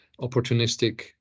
opportunistic